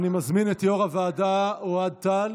אני מזמין את יושב-ראש הוועדה אוהד טל